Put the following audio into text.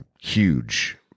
huge